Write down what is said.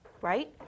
right